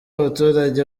abaturage